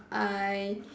I